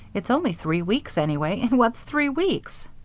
it's only three weeks, anyway, and what's three weeks!